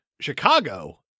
Chicago